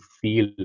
feel